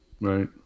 Right